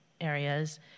areas